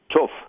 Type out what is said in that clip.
tough